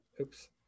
Oops